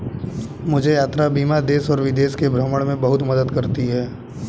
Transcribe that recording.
मुझे यात्रा बीमा देश और विदेश के भ्रमण में बहुत मदद करती है